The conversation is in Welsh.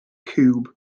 ciwb